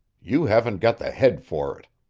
you haven't got the head for it.